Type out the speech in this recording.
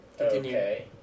Okay